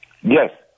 Yes